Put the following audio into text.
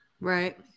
Right